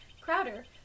Crowder